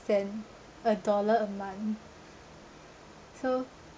than a dollar a month so